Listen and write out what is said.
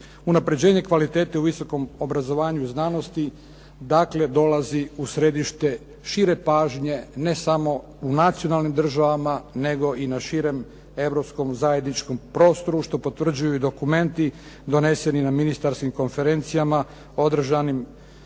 Unapređenje kvalitete u visokom obrazovanju i znanosti dakle dolazi u središte šire pažnje, ne samo u nacionalnim državama nego i na širem europskom zajedničkom prostoru što potvrđuju dokumenti doneseni na ministarskim konferencijama održanim nakon